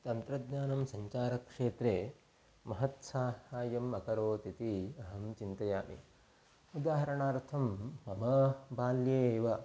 तन्त्रज्ञानं सञ्चारक्षेत्रे महत् साहाय्यम् अकरोत् इति अहं चिन्तयामि उदाहरणार्थं मम बाल्ये एव